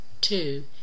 two